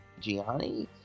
Gianni